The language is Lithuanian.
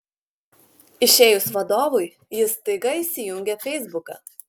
išėjus vadovui jis staiga įsijungia feisbuką